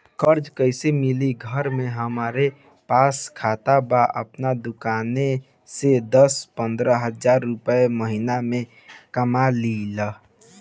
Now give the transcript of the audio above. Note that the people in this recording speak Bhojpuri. कर्जा कैसे मिली घर में हमरे पास खाता बा आपन दुकानसे दस पंद्रह हज़ार रुपया महीना कमा लीला?